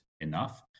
enough